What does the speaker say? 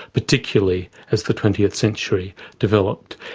particularly as the twentieth century developed.